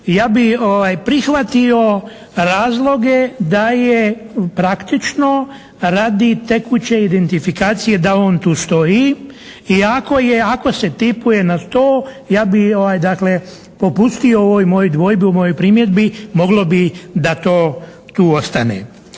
Ja bi prihvatio razloge da je praktično radi tekuće identifikacije da on tu stoji i ako se tipuje na to ja bi, dakle, popustio u ovoj mojoj dvojbi, u mojoj primjedbi. Moglo bi da to tu ostane.